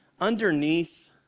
underneath